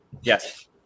Yes